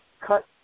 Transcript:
cut